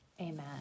Amen